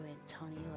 Antonio